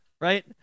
right